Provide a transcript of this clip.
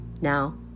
Now